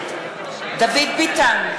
נגד דוד ביטן,